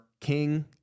King